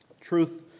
truth